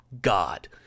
god